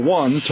one